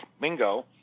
Mingo